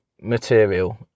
material